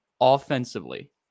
offensively